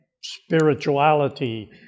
spirituality